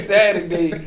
Saturday